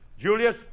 Julius